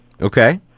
Okay